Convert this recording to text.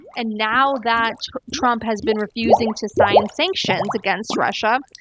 and now that trump has been refusing to sign sanctions against russia,